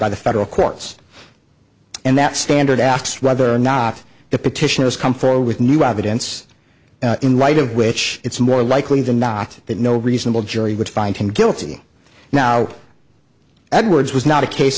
by the federal courts and that standard asks whether or not the petitioners come forward with new evidence in light of which it's more likely than not that no reasonable jury would find him guilty now edwards was not a case